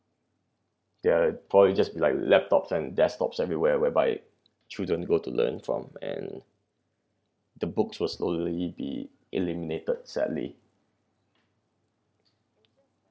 there are probably just be like laptops and desktops everywhere whereby children go to learn from and the books will slowly be eliminated sadly